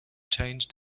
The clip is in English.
change